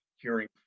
hearing